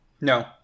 No